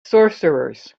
sorcerers